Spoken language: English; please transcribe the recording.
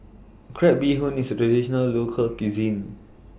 Crab Bee Hoon IS A Traditional Local Cuisine